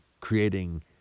creating